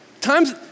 times